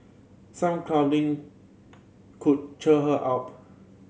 some cuddling could cheer her up